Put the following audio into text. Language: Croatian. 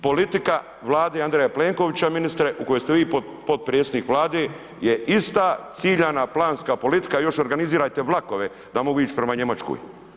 Politika vlade Andreja Plenkovića ministre u kojoj ste vi potpredsjednik vlade je ista ciljana, planska politika, još organizirajte vlakove da mogu ići prema Njemačkoj.